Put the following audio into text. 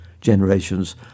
generations